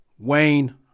Wayne